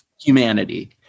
humanity